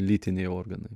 lytiniai organai